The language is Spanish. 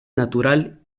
natural